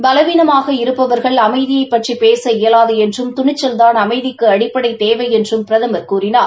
பலவீனமாக இருப்பவர்கள் அமைதியைப் பற்றி பேச இயலாது என்றும் துணிச்சல்தாள் அமைதிக்கு அடிப்படை தேவை என்றும் பிரதமர் கூறினார்